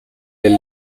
del